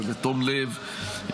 בתום לב,